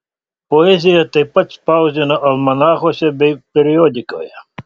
poeziją taip pat spausdino almanachuose bei periodikoje